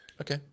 Okay